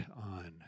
on